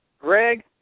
Greg